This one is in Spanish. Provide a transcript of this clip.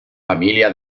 familia